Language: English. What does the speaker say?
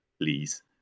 Please